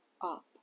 up